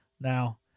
now